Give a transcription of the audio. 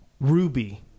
Ruby